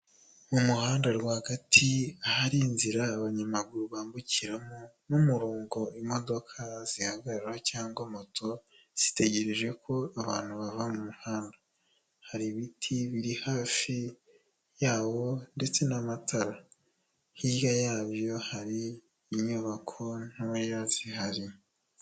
Mu muhanda rwagati ahari inzira abanyamaguru bambukira n'umurongo imodoka zihagarara cyangwa moto, zitegereje ko abantu bava mu muhanda, hari ibiti biri hafi yabo ndetse n'amatara, hirya yabyo hari inyubako ntoya zihari.